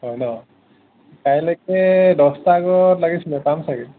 হয় ন' কাইলৈকে দহটা আগত লাগিছিলে পাম চাগে